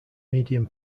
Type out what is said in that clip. medium